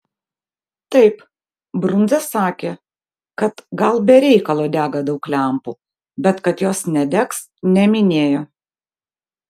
taip brundza sakė kad gal be reikalo dega daug lempų bet kad jos nedegs neminėjo